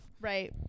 right